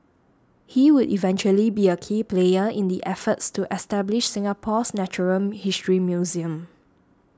he would eventually be a key player in the efforts to establish Singapore's natural history museum